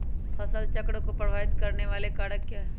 फसल चक्र को प्रभावित करने वाले कारक क्या है?